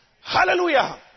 Hallelujah